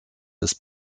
des